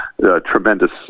tremendous